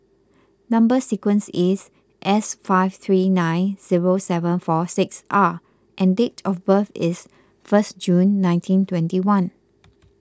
Number Sequence is S five three nine zero seven four six R and date of birth is first June nineteen twenty one